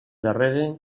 darrere